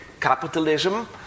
capitalism